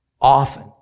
often